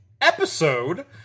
episode